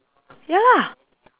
ya lah